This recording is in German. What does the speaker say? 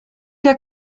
der